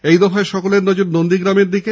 এই দফায় সকলের নজর নন্দীগ্রামের দিকে